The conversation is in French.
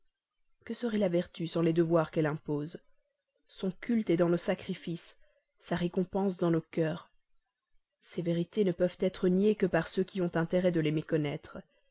que serait la vertu sans les devoirs qu'elle impose son culte est dans nos sacrifices comme sa récompense dans nos cœurs ces vérités ne peuvent être niées que par ceux qui ont intérêt de les méconnaître